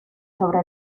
sobre